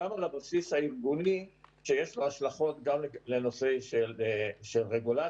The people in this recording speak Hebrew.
הגענו לבסיס הארגוני שיש לו השלכות גם לנושא של רגולציה,